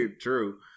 true